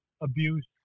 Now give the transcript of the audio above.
abuse